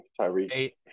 Tyreek